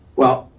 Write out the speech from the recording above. well,